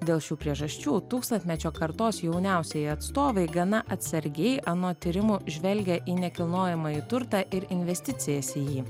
dėl šių priežasčių tūkstantmečio kartos jauniausieji atstovai gana atsargiai anot tyrimų žvelgia į nekilnojamąjį turtą ir investicijas į jį